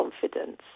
confidence